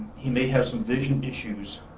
he may have some vision issues